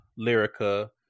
Lyrica